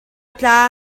tla